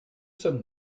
sommes